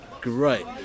great